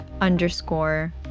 underscore